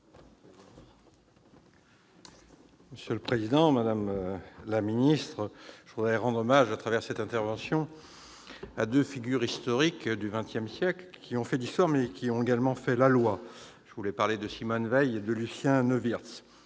Monsieur le président, madame la ministre, mes chers collègues, je veux rendre hommage, à travers cette intervention, à deux figures historiques du XX siècle qui ont fait l'histoire, mais qui ont également fait la loi. Je veux parler de Simone Veil et de Lucien Neuwirth.